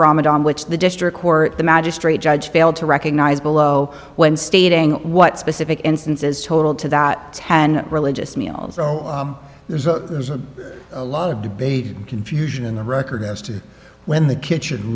ramadan which the district court the magistrate judge failed to recognize below when stating what specific instances total to that ten religious meal so there's a lot of debate and confusion in the record as to when the kitchen